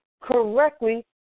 correctly